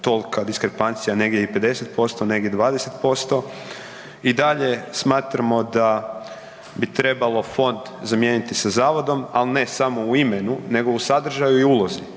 tolika diskrepancija negdje i 50%, negdje 20%. I dalje smatramo da bi trebalo fond zamijeniti sa zavodom, al ne samo u imenu nego u sadržaju i ulozi